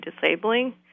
disabling